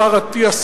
השר אטיאס,